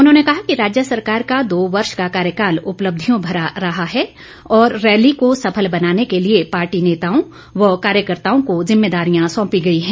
उन्होंने कहा कि राज्य सरकार का दो वर्ष का कार्यकाल उपलब्धियों भरा रहा है और रैली को सफल बनाने के लिए पार्टी नेताओं व कार्यकर्ताओं को जिम्मेदारियां सौंपी गई है